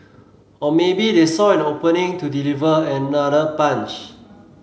or maybe they saw an opening to deliver another punch